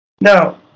Now